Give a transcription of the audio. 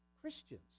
Christians